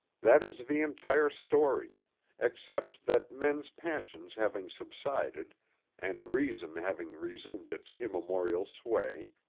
that is the entire story except that men's passions having subsided and reason having resumed its immemorial sway,